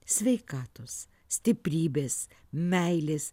sveikatos stiprybės meilės